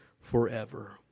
forever